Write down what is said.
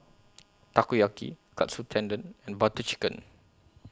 Takoyaki Katsu Tendon and Butter Chicken